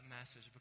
message